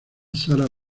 sarah